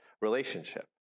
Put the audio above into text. relationship